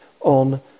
on